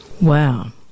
Wow